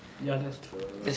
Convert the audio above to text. ya that's true